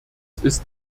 ist